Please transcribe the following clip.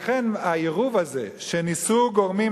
לכן העירוב הזה שניסו גורמים,